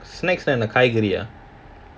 snacks னா என்ன காய்கறியா:naa enna kaikariyaa